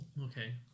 Okay